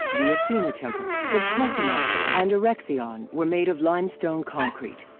the athena temple, the parthenon and erechtheion were made of limestone concrete.